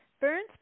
Burns